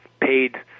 paid